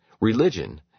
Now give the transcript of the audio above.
Religion